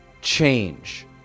change